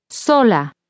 Sola